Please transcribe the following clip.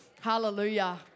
Hallelujah